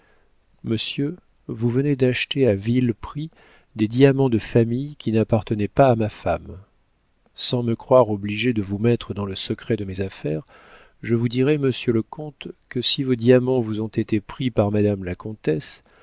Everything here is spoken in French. monsieur vous venez d'acheter à vil prix des diamants de famille qui n'appartenaient pas à ma femme sans me croire obligé de vous mettre dans le secret de mes affaires je vous dirai monsieur le comte que si vos diamants vous ont été pris par madame la comtesse